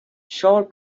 shore